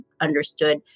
understood